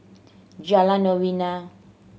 Jalan Novena